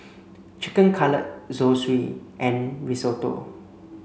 Chicken Cutlet Zosui and Risotto